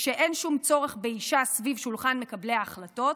כשאין שום צורך באישה סביב שולחן מקבלי ההחלטות,